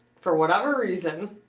for whatever reason,